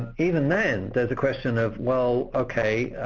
even then there's a question of, well okay,